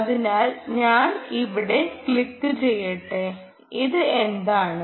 അതിനാൽ ഞാൻ ഇവിടെ ക്ലിക്കുചെയ്യട്ടെ ഇത് എന്താണ്